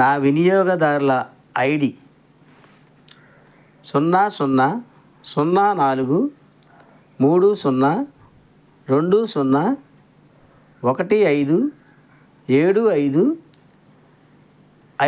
నా వినియోగదారుల I D సున్నా సున్నా సున్నా నాలుగు మూడు సున్నా రెండు సున్నా ఒకటి ఐదు ఏడు ఐదు